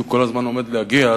כי הוא כל הזמן עומד להגיע,